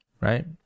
Right